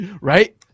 Right